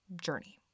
journey